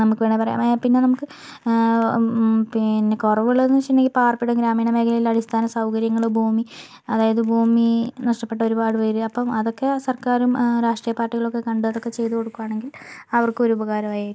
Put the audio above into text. നമുക്ക് വേണമെങ്കിൽ പറയാം പിന്നെ നമുക്ക് പിന്നെ കുറവുള്ളതെന്നു വച്ചിട്ടുണ്ടെങ്കിൽ പാർപ്പിട ഗ്രാമീണ മേഖലയിൽ അടിസ്ഥാന സൗകര്യങ്ങൾ ഭൂമി അതായത് ഭൂമി നഷ്ടപ്പെട്ട ഒരുപാട് പേര് അപ്പം അതൊക്ക സർക്കാരും രാഷ്ട്രീയ പാർട്ടികളൊക്കെ കണ്ട് അതൊക്കെ ചെയ്തു കൊടുക്കുകയാണെങ്കിൽ അവർക്കൊരു ഉപകാരമായിരിക്കും